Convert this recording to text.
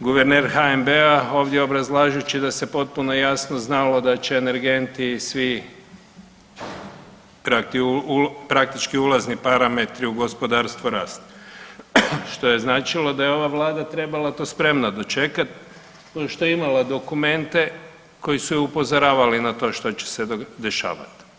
guverner HNB-a ovdje obrazlažući da se potpuno jasno znalo da će energenti svi praktički ulazni parametri u gospodarstvu rast, što je značilo da je ova vlada trebala to spremna dočekat pošto je imala dokumente koji su je upozoravali na to što će se dešavat.